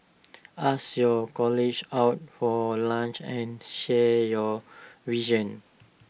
ask your colleagues out for lunch and share your visions